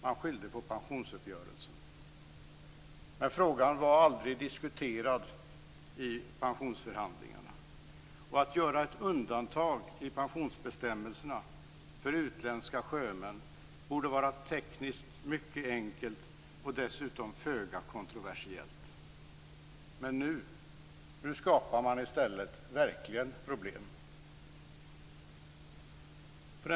Man skyllde på pensionsuppgörelsen, men frågan var aldrig diskuterad i pensionsförhandlingarna. Att göra ett undantag i pensionsbestämmelserna för utländska sjömän borde vara tekniskt mycket enkelt och dessutom föga kontroversiellt. Men nu skapar man verkligen problem i stället.